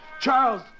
Charles